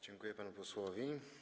Dziękuję panu posłowi.